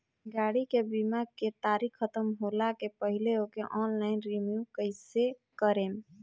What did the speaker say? गाड़ी के बीमा के तारीक ख़तम होला के पहिले ओके ऑनलाइन रिन्यू कईसे करेम?